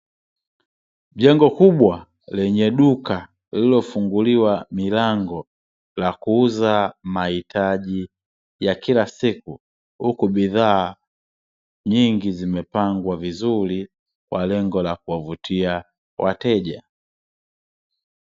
Jengo kubwa lenye duka lililofunguliwa milango, la kuuza mahitaji ya kila siku, huku bidhaa nyingi zimepangwa vizuri kwa lengo la kuwavutia wateja.